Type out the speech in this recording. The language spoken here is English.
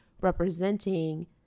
representing